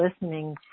listening